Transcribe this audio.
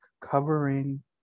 covering